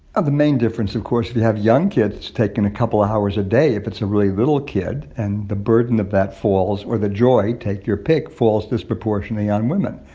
the main difference, of course, if you have young kids it's taking a couple of hours a day if it's a really little kid. and the burden of that falls or the joy take your pick falls disproportionately on women.